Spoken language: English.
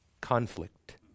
Conflict